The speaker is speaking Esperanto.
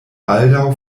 baldaŭ